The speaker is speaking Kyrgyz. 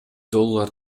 доллар